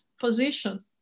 position